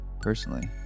personally